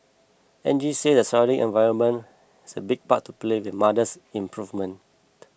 Angie said the surrounding environment has a big part to play in mother's improvement